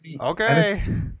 Okay